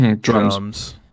Drums